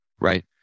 Right